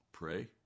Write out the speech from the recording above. Pray